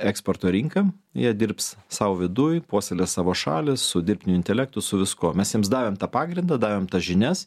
eksporto rinka jie dirbs sau viduj puoselės savo šalį su dirbtiniu intelektu su viskuo mes jiems davėm tą pagrindą davėm tas žinias